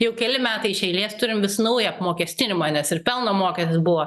jau keli metai iš eilės turim vis naują apmokestinimą nes ir pelno moketis buvo